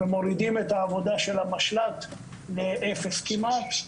ומורידים את העבודה של המשלט לאפס כמעט,